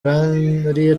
hari